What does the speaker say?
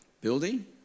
building